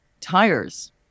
tires